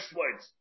words